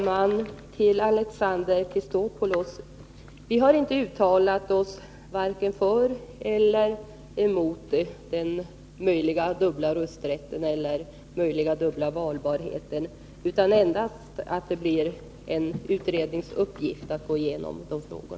Fru talman! Vi har varken uttalat oss för eller emot den möjliga dubbla rösträtten eller den möjliga dubbla valbarheten. Vi har endast sagt att det blir en utrednings uppgift att gå igenom dessa frågor.